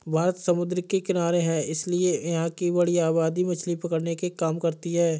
भारत समुद्र के किनारे है इसीलिए यहां की बड़ी आबादी मछली पकड़ने के काम करती है